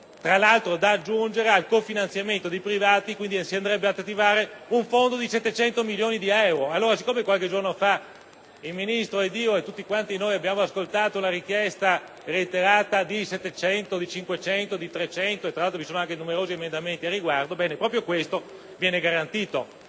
tra l'altro da aggiungere al cofinanziamento di privati; quindi si andrebbe ad attivare un fondo di 700 milioni di euro. Qualche giorno fa il Ministro e tutti quanti noi abbiamo ascoltato la richiesta reiterata di 700, 500, 300 milioni, tra l'altro vi sono anche numerosi emendamenti al riguardo; ebbene proprio questo viene garantito.